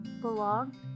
belong